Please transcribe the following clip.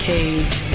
Cage